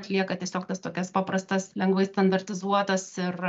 atlieka tiesiog tas tokias paprastas lengvai standartizuotas ir